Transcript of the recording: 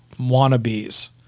wannabes